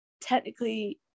technically